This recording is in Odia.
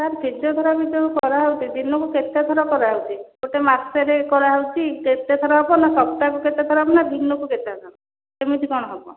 ସାର୍ ଫିଜିଓଥେରାପି ଯେଉଁ କରାହେଉଛି ଦିନକୁ କେତେ ଥର କରାହେଉଛି ଗୋଟେ ମାସରେ କରାହେଉଛି କେତେ ଥର ହେବ ନା ସପ୍ତାହକୁ କେତେ ଥର ହେବ ନା ଦିନକୁ କେତେ ଥର କେମିତି କଣ ହେବ